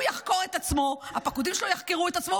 הוא יחקור את עצמו, הפקודים שלו יחקרו את עצמם.